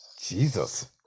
jesus